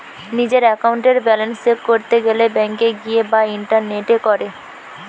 নিজের একাউন্টের balance check করতে গেলে ব্যাংকে গিয়ে বা ইন্টারনেটে করে